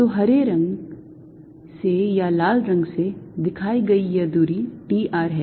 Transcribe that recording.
तो हरे रंग से या लाल रंग से दिखाई गई यह दूरी d r है